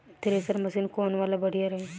Thresher machine कौन वाला बढ़िया रही?